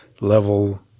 level